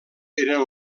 eren